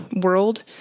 world